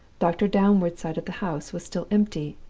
doctor downward's side of the house was still empty.